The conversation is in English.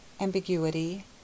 Ambiguity